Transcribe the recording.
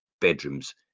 bedrooms